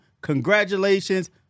Congratulations